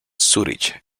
zúrich